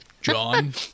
John